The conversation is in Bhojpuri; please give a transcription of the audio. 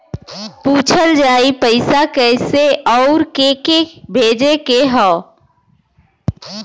पूछल जाई पइसा कैसे अउर के के भेजे के हौ